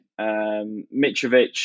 Mitrovic